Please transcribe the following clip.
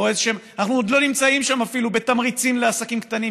אנחנו עוד לא נמצאים שם אפילו בתמריצים לעסקים קטנים,